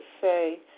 say